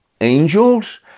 angels